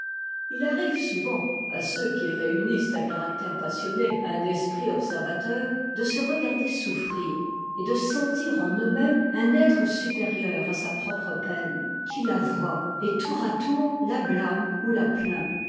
il arrive souvent à ceux qui réunissent un caractère passionné à un esprit observateur de se regarder souffrir et de sentir en eux-mêmes un être supérieur à sa propre peine qui la voit et tour à tour la blâme ou la plaint